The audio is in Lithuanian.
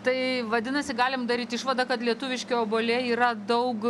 tai vadinasi galim daryt išvadą kad lietuviški obuoliai yra daug